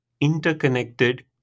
interconnected